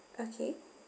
okay